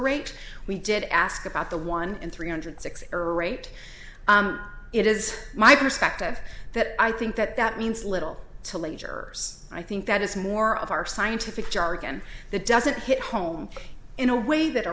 rate we did ask about the one in three hundred six or eight it is my perspective that i think that that means little to later i think that is more of our scientific jargon that doesn't hit home in a way that